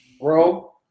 bro